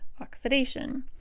oxidation